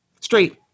Straight